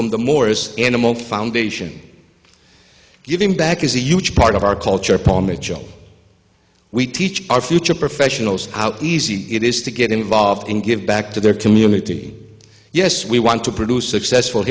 from the morris animal foundation giving back is a huge part of our culture paul mitchell we teach our future professionals out easy it is to get involved and give back to their community yes we want to produce successful